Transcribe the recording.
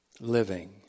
living